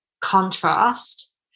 contrast